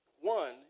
One